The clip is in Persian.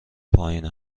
پایین